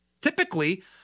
typically